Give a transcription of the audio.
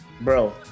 bro